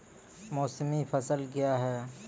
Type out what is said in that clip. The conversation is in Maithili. मौसमी फसल क्या हैं?